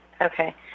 Okay